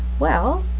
well,